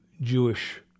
Jewish